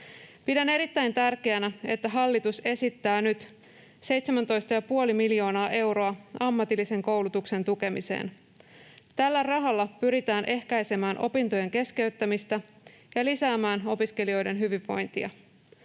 Pidän erittäin tärkeänä, että hallitus esittää nyt 17,5 miljoonaa euroa ammatillisen koulutuksen tukemiseen. Tällä rahalla pyritään ehkäisemään opintojen keskeyttämistä ja lisäämään opiskelijoiden hyvinvointia.